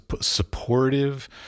supportive